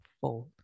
fold